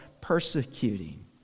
persecuting